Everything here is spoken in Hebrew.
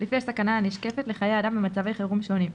לפי הסכנה הנשקפת לחיי אדם במצבי חירום שונים,